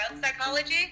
psychology